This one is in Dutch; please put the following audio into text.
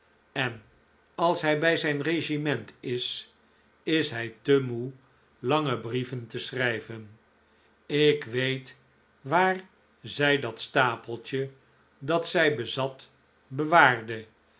en als hij bij zijn regiment is is hij te moe lange brieven te schrijven ik weet waar zij dat stapeltje dat zij bezat bewaarde